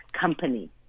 company